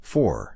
Four